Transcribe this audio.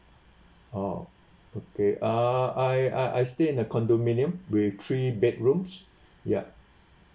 oh okay uh I I I stay in a condominium with three bedrooms yup